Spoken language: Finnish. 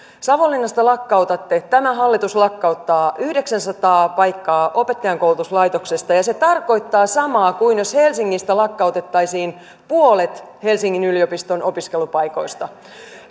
savonlinnasta tämä hallitus lakkauttaa yhdeksänsataa paikkaa opettajankoulutuslaitoksesta ja se tarkoittaa samaa kuin jos helsingistä lakkautettaisiin puolet helsingin yliopiston opiskelupaikoista